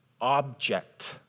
object